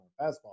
fastball